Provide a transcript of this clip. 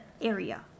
area